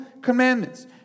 commandments